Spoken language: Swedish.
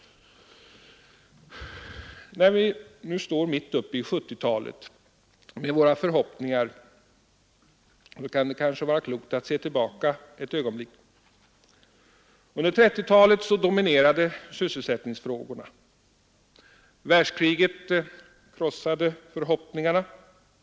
När vi nu står mitt uppe i 1970-talet med våra förhoppningar kan det kanske vara klokt att se tillbaka ett ögonblick. Under 1930-talet dominerade sysselsättningsfrågorna. Världskriget krossade förhoppningarna om ett än bättre samhälle.